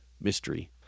mystery